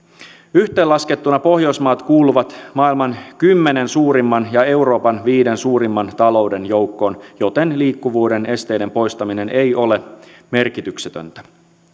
yhteenlaskettuna pohjoismaat kuuluvat maailman kymmenen suurimman ja euroopan viiden suurimman talouden joukkoon joten liikkuvuuden esteiden poistaminen ei ole merkityksetöntä